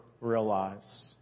realize